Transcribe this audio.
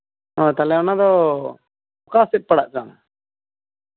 ᱚ ᱛᱟᱦᱞᱮ ᱚᱱᱟ ᱫᱚ ᱚᱠᱟ ᱥᱮᱫ ᱯᱟᱲᱟᱜ ᱠᱟᱱᱟ